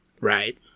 right